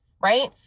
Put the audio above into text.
right